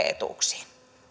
etuuksiin